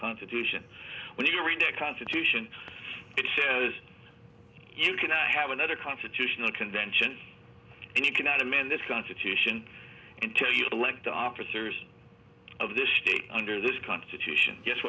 constitution when you read the constitution it says you can i have another constitutional convention and you cannot amend this constitution until you elect the officers of the state under this constitution